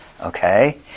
Okay